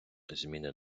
зміни